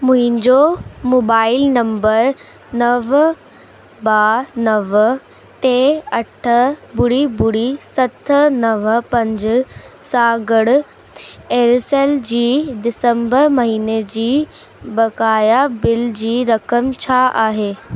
मुंहिंजो mobile number नव ॿा नव टे अठ ॿुड़ी ॿुड़ी सत नव पंजु सां ॻॾु एयरसेल जी दिसम्बर महीने जी बकाया बिल जी रक़म छा आहे